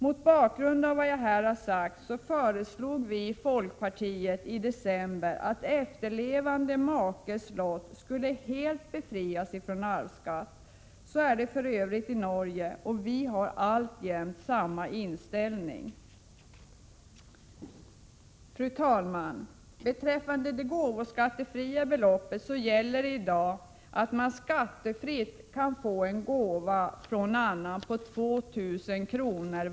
Mot bakgrund av detta föreslog vi i folkpartiet i december att efterlevande makes lott skulle befrias helt från arvsskatt — så är det för övrigt i Norge. Vi har alltjämt samma inställning. Fru talman! Beträffande det gåvoskattefria beloppet gäller i dag att man skattefritt kan få en gåva från någon annan på 2 000 kr.